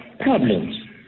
problems